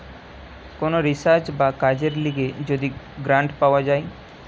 কোন রিসার্চ বা কাজের লিগে যদি গ্রান্ট পাওয়া যায়